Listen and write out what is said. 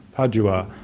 padua,